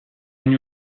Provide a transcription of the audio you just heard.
hain